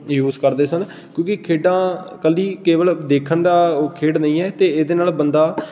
use ਕਰਦੇ ਸਨ ਕਿਉਂਕਿ ਖੇਡਾਂ ਇਕੱਲੀ ਕੇਵਲ ਦੇਖਣ ਦਾ ਖੇਡ ਨਹੀਂ ਹੈ ਅਤੇ ਇਹਦੇ ਨਾਲ ਬੰਦਾ